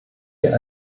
hier